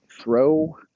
Throw